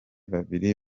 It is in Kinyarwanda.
babiri